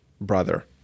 brother